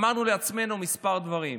אמרנו לעצמנו כמה דברים: